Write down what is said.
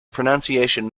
pronunciation